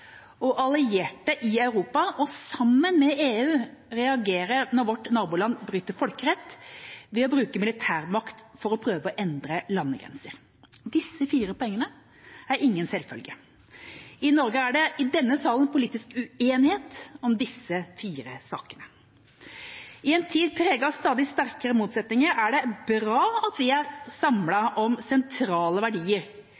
og allierte i Europa og sammen med EU reagere når vårt naboland bryter folkeretten ved å bruke militærmakt for å prøve å endre landegrenser. Disse fire poengene er ingen selvfølge. I Norge er det i denne salen politisk uenighet om disse fire sakene. I en tid preget av stadig sterkere motsetninger er det bra at vi er